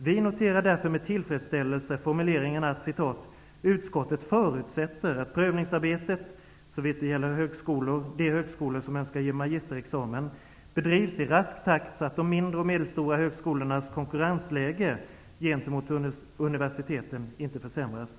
Vi noterar därför med tillfredsställelse formuleringen ''Utskottet förutsätter att prövningsarbetet, såvitt gäller de högskolor som önskar ge magisterexamen, bedrivs i rask takt så att de mindre och medelstora högskolornas konkurrensläge gentemot universiteten inte försämras.''